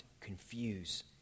confuse